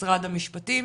משרד המשפטים,